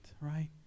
right